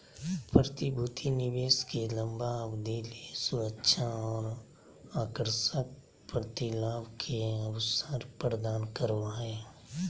प्रतिभूति निवेश के लंबा अवधि ले सुरक्षा और आकर्षक प्रतिलाभ के अवसर प्रदान करो हइ